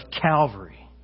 Calvary